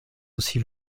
aussi